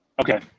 Okay